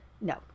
No